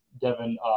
Devin